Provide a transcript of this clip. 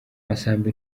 masamba